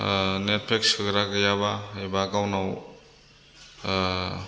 net pack सोग्रा गैयाबा एबा गावनाव